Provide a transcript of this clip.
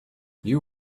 you